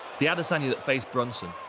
the adesanya that faced brunson,